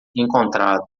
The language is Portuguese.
encontrado